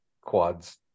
quads